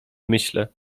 myślę